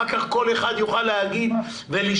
אחר כך כל אחד יוכל להגיד ולשאול.